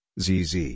ZZ